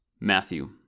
Matthew